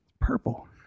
Purple